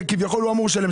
את זה כביכול לא אמור לשלם.